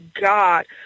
God